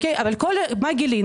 אבל מה גילינו?